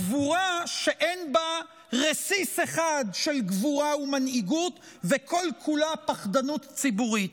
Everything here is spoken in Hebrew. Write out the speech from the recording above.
הגבורה שאין בה רסיס אחד של גבורה ומנהיגות וכל-כולה פחדנות ציבורית.